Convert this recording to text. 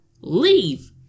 Leave